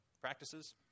practices